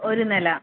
ഒരു നില